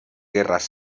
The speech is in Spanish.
guerras